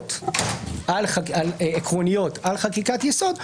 מגבלות עקרוניות על חקיקת יסוד,